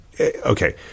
Okay